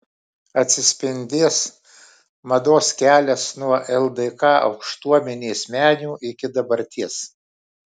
atsispindės mados kelias nuo ldk aukštuomenės menių iki dabarties